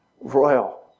royal